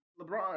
LeBron